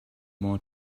more